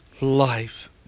Life